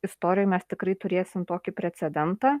istorijoj mes tikrai turėsim tokį precedentą